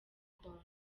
congo